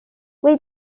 wait